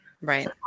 Right